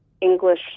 English